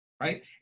right